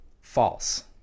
false